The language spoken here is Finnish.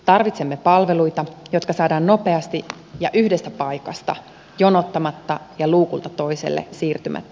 tarvitsemme palveluita jotka saadaan nopeasti ja yhdestä paikasta jonottamatta ja luukulta toiselle siirtymättä